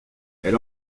elle